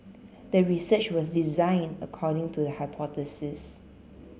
the research was designed according to the hypothesis